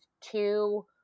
two